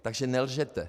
Takže nelžete.